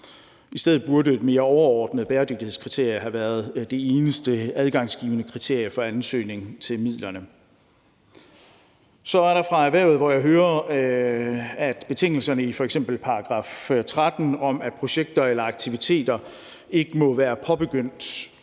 I stedet burde det mere overordnede bæredygtighedskriterie have været det eneste adgangsgivende kriterie for ansøgning til midlerne. Så er der noget fra erhvervet, hvor jeg hører, at betingelserne i f.eks. § 13 betyder, at projekter og aktiviteter ikke må være påbegyndt,